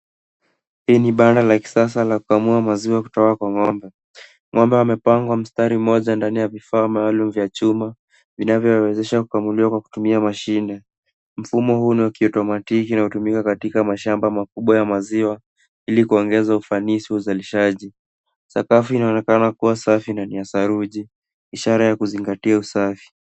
Hii ni banda la kisasa la kukamua maziwa kutoka kwa ng'ombe. Ng'ombe wamepangwa kwa mstari moja ndani ya vifaa maalum vya chuma, vinavyo wezesha kukamuliwa kwa kutumia mashine. Mfumo huu ni wa kiotomatiki na hutumika katika mashamba makubwa ya maziwa ilikuongeza ufanisi uzalishaji. Sakafu inaonekana kuwa safi na ni ya saruji, ishara ya kuzingatia usafi.